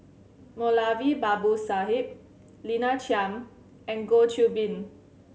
Moulavi Babu Sahib Lina Chiam and Goh Qiu Bin